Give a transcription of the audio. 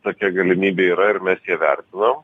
tokia galimybė yra ir mes ją vertinom